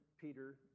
Peter